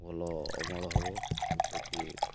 ଭଲ ଅମଳ ହବ ସେଥିପ୍ରତି